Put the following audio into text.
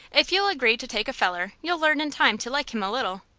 if you'll agree to take a feller you'll learn in time to like him a little.